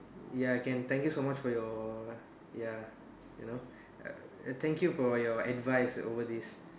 ya can thank you so much for your ya you know uh thank you for your advice over this